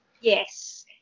yes